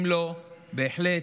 אם לא, בהחלט,